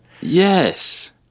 Yes